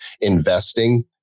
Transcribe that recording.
investing